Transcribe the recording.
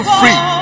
free